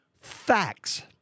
facts